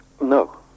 No